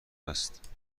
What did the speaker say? است